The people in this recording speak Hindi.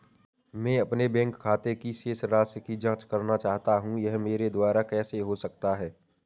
मैं अपने बैंक खाते की शेष राशि की जाँच करना चाहता हूँ यह मेरे द्वारा कैसे हो सकता है?